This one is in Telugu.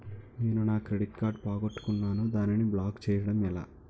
నేను నా క్రెడిట్ కార్డ్ పోగొట్టుకున్నాను దానిని బ్లాక్ చేయడం ఎలా?